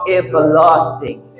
everlasting